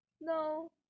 no